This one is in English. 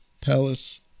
palace